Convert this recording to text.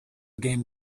game